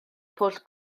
pwll